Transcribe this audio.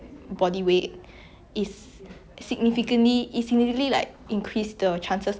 diseases ah like say stroke or like I don't know